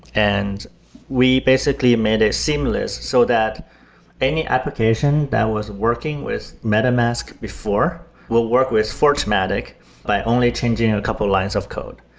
and we basically made it seamless so that any application that was working with metamask before will work with fortmatic by only changing a couple lines of code.